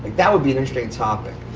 that would be an interesting topic.